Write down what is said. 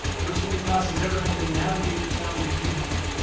no senior class has ever had to navigate the challenges you have.